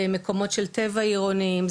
במקומות של טבע עירוניים,